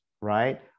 right